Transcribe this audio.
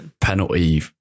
penalty